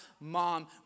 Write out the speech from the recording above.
mom